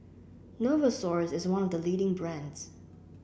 Novosource is one of the leading brands